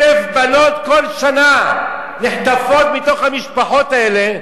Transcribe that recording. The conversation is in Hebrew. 1,000 בנות כל שנה נחטפות מתוך המשפחות האלה,